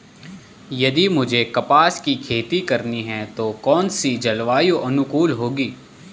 यदि मुझे कपास की खेती करनी है तो कौन इसी जलवायु अनुकूल होगी?